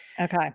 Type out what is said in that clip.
Okay